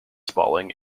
spaulding